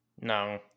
no